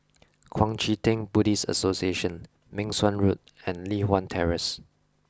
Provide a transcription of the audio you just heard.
Kuang Chee Tng Buddhist Association Meng Suan Road and Li Hwan Terrace